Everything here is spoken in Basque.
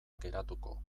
geratuko